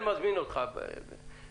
אני מזמין אותך בהמשך,